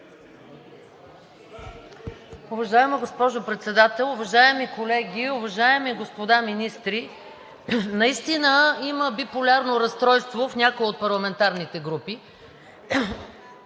Уважаема госпожо Председател, уважаеми колеги, уважаеми господа министри! Наистина има биполярно разстройство в някои от парламентарните групи